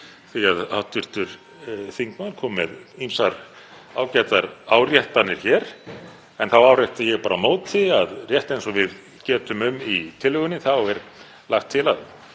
það. Hv. þingmaður kom með ýmsar ágætar áréttanir en þá árétta ég bara á móti að rétt eins og við getum um í tillögunni er lagt til að